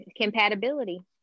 Compatibility